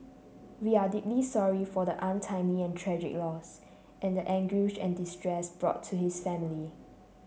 we are deeply sorry for the untimely and tragic loss and the anguish and distress brought to his family